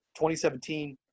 2017